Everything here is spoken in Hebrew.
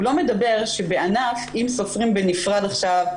הוא לא מדבר שבענף אם סופרים בנפרד עכשיו,